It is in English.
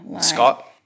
Scott